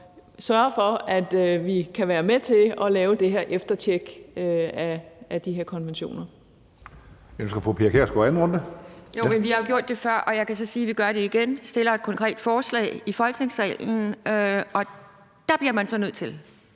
og sørge for, at vi kan være med til at lave det her eftertjek af de her konventioner.